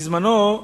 בזמנו,